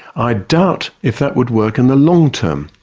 i doubt if that would work in the long term,